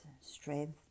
strength